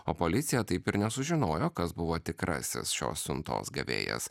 o policija taip ir nesužinojo kas buvo tikrasis šios siuntos gavėjas